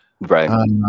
right